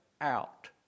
out